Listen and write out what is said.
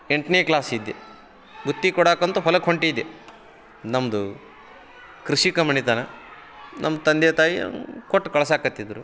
ಎಂಟನೇ ಕ್ಲಾಸಿದ್ದೆ ಬುತ್ತಿ ಕೊಡಾಕ್ಕಂತಾ ಹೊಲಕ್ಕೆ ಹೊಂಟಿದ್ದೆ ನಮ್ಮದು ಕೃಷಿಕ ಮನೆತನ ನಮ್ಮ ತಂದೆ ತಾಯಿ ಕೊಟ್ಟು ಕಳ್ಸಕ್ಕತ್ತಿದ್ದರು